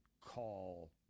call